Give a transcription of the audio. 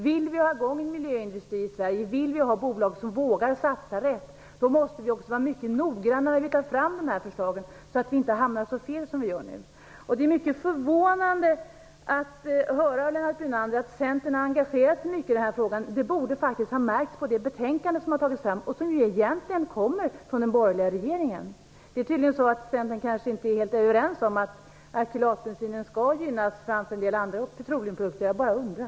Vill vi ha i gång en miljöindustri i Sverige, och vill vi ha bolag som vågar satsa rätt, måste vi också vara mycket nogranna när vi tar fram förslagen så att vi inte hamnar så fel som vi gör nu. Det är förvånande att höra Lennart Brunander säga att Centern har engagerat sig mycket i denna fråga. Det borde har märkts på det betänkande som har tagits fram, som ju egentligen kommer från den borgerliga regeringen. Man är kanske inte helt överens inom Centern om att akrylatbensinen skall gynnas framför en del andra petroleumprodukter. Jag bara undrar.